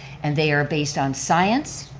and they are based on science,